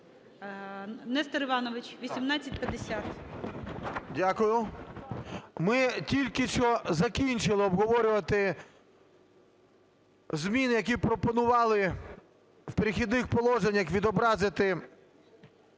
Н.І. Дякую. Ми тільки що закінчили обговорювати зміни, які пропонували в "Перехідних положеннях" відобразити